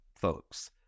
folks